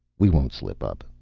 we won't slip up.